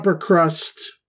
crust